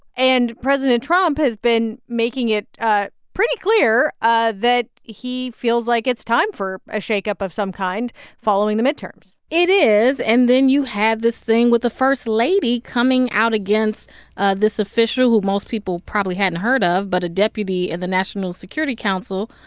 and president trump has been making it ah pretty clear ah that he feels like it's time for a shake-up of some kind following the midterms it is. and then you had this thing with the first lady coming out against ah this official who most people probably hadn't heard of, but a deputy in the national security council,